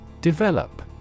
Develop